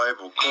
Bible